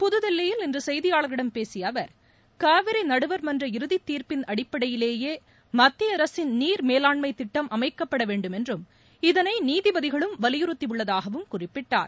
புதுதில்லியில் இன்று செய்தியாளர்களிடம் பேசிய அவர் காவிரி நடுவர் மன்ற இறுதி தீர்ப்பின் அடிப்படையிலேயே மத்திய அரசின் நீர் மேலாண்மை திட்டம் அமைக்கப்பட வேண்டும் என்றும் இதனை நீதிபதிகளும் வலியுறுத்தியுள்ளதாகவும் குறிப்பிட்டார்